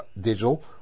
digital